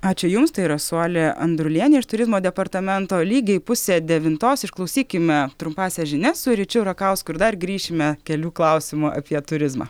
ačiū jums tai rasuolė andrulienė iš turizmo departamento lygiai pusė devintos išklausykime trumpąsias žinias su ryčiu rakausku ir dar grįšime kelių klausimų apie turizmą